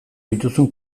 dituzun